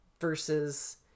versus